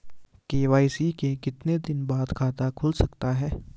KYC के कितने दिन बाद खाता खुल सकता है?